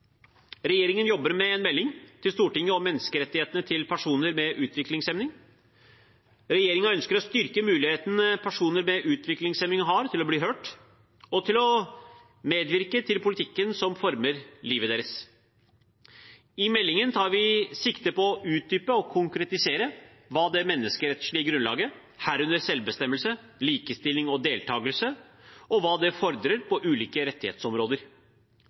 Regjeringen jobber med en melding til Stortinget om menneskerettighetene til personer med utviklingshemning. Regjeringen ønsker å styrke muligheten personer med utviklingshemning har til å bli hørt og til å medvirke til politikken som former livet deres. I meldingen tar vi sikte på å utdype og konkretisere hva det menneskerettslige grunnlaget, herunder selvbestemmelse, likestilling og deltakelse, fordrer på ulike rettighetsområder.